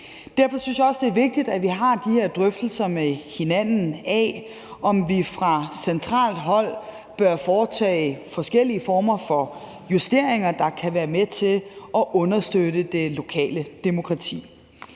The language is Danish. Derfor synes jeg også, det er vigtigt, at vi har de her drøftelser med hinanden om, om vi fra centralt hold bør foretage forskellige former for justeringer, der kan være med til at understøtte det lokale demokrati.